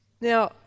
Now